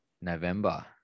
november